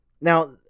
now